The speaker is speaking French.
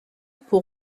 pour